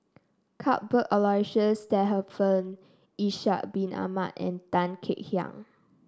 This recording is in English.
Cuthbert Aloysius Shepherdson Ishak Bin Ahmad and Tan Kek Hiang